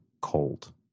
cold